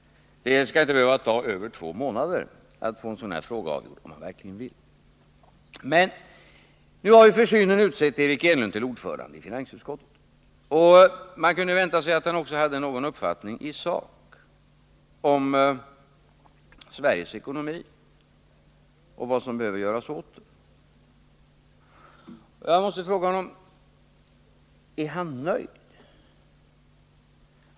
Det skall inte behöva ta över två månader att få en sådan här fråga avgjord, om viljan verkligen finns. Nu har försynen utsett Eric Enlund till ordförande i finansutskottet och då kunde man vänta sig att han också hade någon uppfattning i sak om Sveriges ekonomi och vad som behöver göras åt denna. Jag måste fråga honom om han är nöjd.